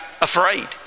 afraid